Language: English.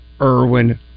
Irwin